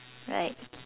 right